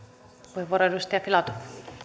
puhemies edustaja rehn